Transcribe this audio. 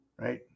right